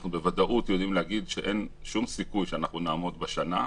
אנחנו בוודאות יודעים להגיד שאין שום סיכוי שאנחנו נעמוד בשנה.